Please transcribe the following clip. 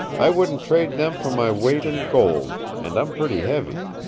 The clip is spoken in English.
i wouldn't trade them for my weight in gold, and i'm pretty heavy.